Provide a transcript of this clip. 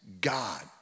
God